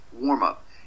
Warm-Up